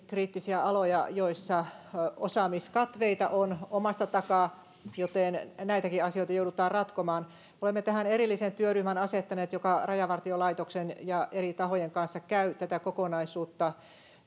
kriittisiä aloja joissa osaamiskatveita on omasta takaa joten näitäkin asioita joudutaan ratkomaan olemme asettaneet tähän erillisen työryhmän joka rajavartiolaitoksen ja eri tahojen kanssa käy tätä kokonaisuutta